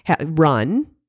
run